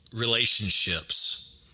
relationships